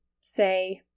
say